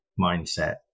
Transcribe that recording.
mindset